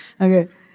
okay